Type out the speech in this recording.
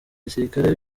gisirikari